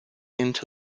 into